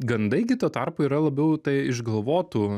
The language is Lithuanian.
gandai gi tuo tarpu yra labiau tai išgalvotų